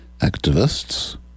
Activists